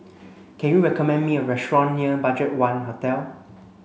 can you recommend me a restaurant near BudgetOne Hotel